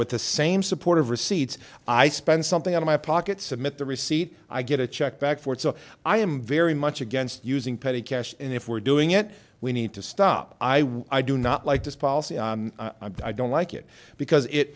with the same support of receipts i spend something out of my pocket submit the receipt i get a check back for it so i am very much against using petty cash and if we're doing it we need to stop i would i do not like this policy i don't like it because it